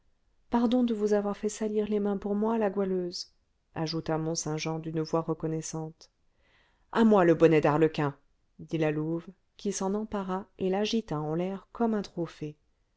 pardon de vous avoir fait salir les mains pour moi la goualeuse ajouta